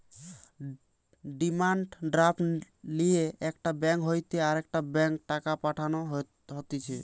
demand draft লিয়ে একটা bank হইতে আরেকটা ব্যাংকে টাকা পাঠানো হতিছে